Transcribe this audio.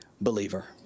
believer